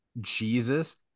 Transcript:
Jesus